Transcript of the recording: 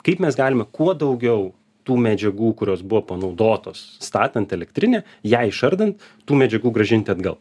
kaip mes galime kuo daugiau tų medžiagų kurios buvo panaudotos statant elektrinę ją išardant tų medžiagų grąžinti atgal